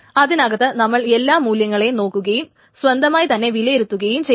അതിനകത്ത് നമ്മൾ എല്ലാ മൂല്യങ്ങളെയും നോക്കുകയും സ്വന്തമായി തന്നെ വിലയിരുത്തുകയും ചെയ്യണം